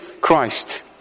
Christ